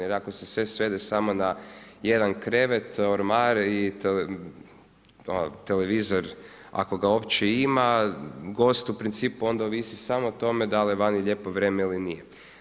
Jer ako se sve svede samo na jedan krevet, ormar i ono televizor, ako ga uopće ima, gost u principu, onda ovisi samo o tome, da li je vani lijepo vrijeme ili nije.